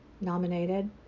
nominated